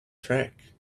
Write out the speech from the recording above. track